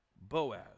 Boaz